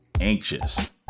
anxious